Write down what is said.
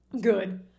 Good